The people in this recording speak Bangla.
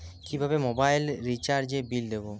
কিভাবে মোবাইল রিচার্যএর বিল দেবো?